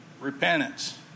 repentance